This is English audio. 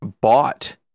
bought